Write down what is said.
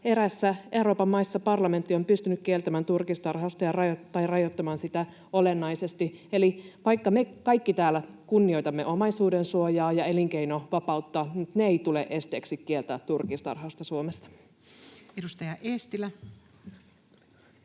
eräissä Euroopan maissa parlamentti on päätynyt kieltämään turkistarhauksen tai rajoittamaan sitä olennaisesti.” Eli vaikka me kaikki täällä kunnioitamme omaisuudensuojaa ja elinkeinonvapautta, ne eivät tule esteeksi kieltää turkistarhausta Suomessa. [Speech